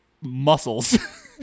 muscles